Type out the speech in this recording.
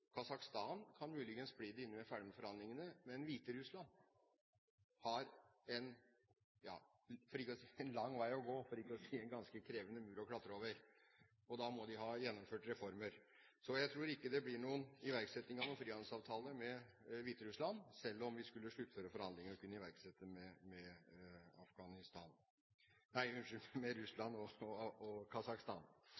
kan muligens bli det innen vi er ferdig med forhandlingene, men Hviterussland har en lang vei å gå – for ikke å si en ganske krevende mur å klatre over. De må ha gjennomført reformer. Så jeg tror ikke det blir iverksetting av noen frihandelsavtale med Hviterussland, selv om vi skulle sluttføre forhandlingene med Russland og Kasakhstan og iverksette.